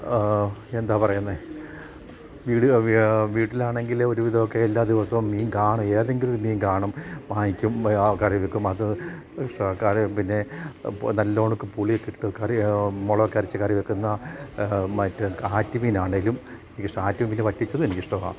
എന്താ പറയുന്നത് വീട് വീട്ടിലാണെങ്കിൽ ഒരു വിധമൊക്കെ എല്ലാ ദിവസവും മീൻ കാണും ഏതെങ്കിലും ഒരു മീൻ കാണും വാങ്ങിക്കും കറി വെക്കും അത് പിന്നെ നല്ല ഉണക്ക് പുളിയൊക്കെ ഇട്ട് കറി മുളകൊക്കെ അരച്ച് കറി വെക്കുന്ന മറ്റ് ആറ്റ് മീനാണെങ്കിലും എനിക്കിഷ്ടം ആറ്റ് മീൻ വറ്റിച്ചത് എനിക്കിഷ്ടമാണ്